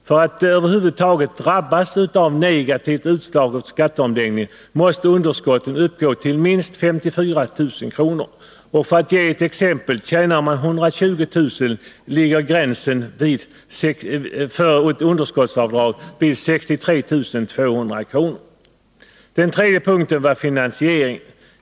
För att någon över huvud taget skall drabbas av ett negativt utslag av skatteomläggningen måste underskotten uppgå till minst 54 000 kr., och — för att ge ett exempel — tjänar man 120 000 kr. ligger gränsen för ett underskottsavdrag vid 63 200 kr. Den tredje punkten var finansieringen.